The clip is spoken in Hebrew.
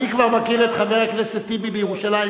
אני כבר מכיר את חבר הכנסת טיבי בירושלים.